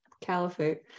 caliphate